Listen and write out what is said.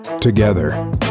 Together